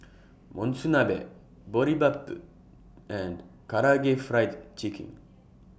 Monsunabe Boribap and Karaage Fried Chicken